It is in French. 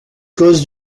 causes